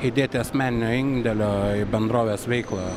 įdėti asmeninio indėlio į bendrovės veiklą